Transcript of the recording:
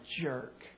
jerk